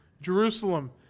Jerusalem